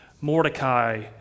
Mordecai